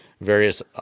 various